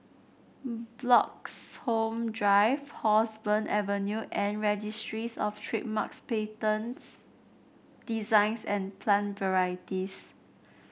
Bloxhome Drive Roseburn Avenue and Registries Of Trademarks Patents Designs and Plant Varieties